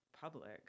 public